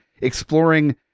exploring